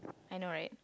I know right